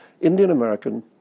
Indian-American